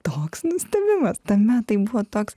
toks nustebimas tame tai buvo toks